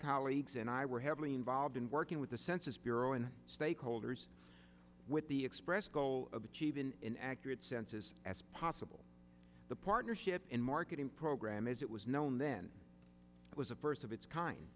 colleagues and i were heavily involved in working with the census bureau and stakeholders with the express goal of achieving an accurate census as possible the partnership in marketing program as it was known then it was a first of its kind